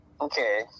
Okay